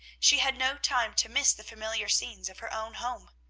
she had no time to miss the familiar scenes of her own home.